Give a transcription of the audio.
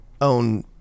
own